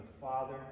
Father